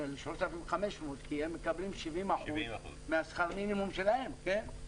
3,500 שקל כי הם מקבלים 70% משכר המינימום שלהם.